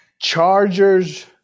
Chargers